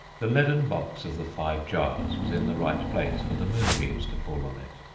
the leaden box of the five jars was in the right place for the moonbeams to fall on it.